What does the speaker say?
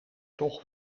toch